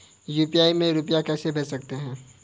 UPI से रुपया कैसे भेज सकते हैं?